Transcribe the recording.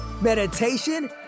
meditation